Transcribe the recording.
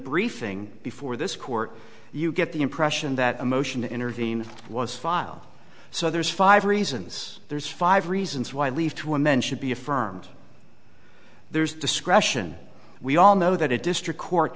briefing before this court you get the impression that a motion to intervene was filed so there's five reasons there's five reasons why leave two and then should be affirmed there's discretion we all know that a district court